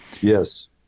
Yes